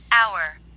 Hour